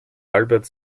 albert